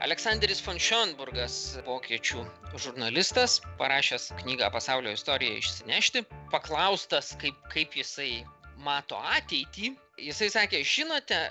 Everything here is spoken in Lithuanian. aleksanderis fon šiondburgas vokiečių žurnalistas parašęs knygą pasaulio istorija išsinešti paklaustas kaip kaip jisai mato ateitį jisai sakė žinote